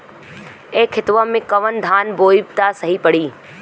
ए खेतवा मे कवन धान बोइब त सही पड़ी?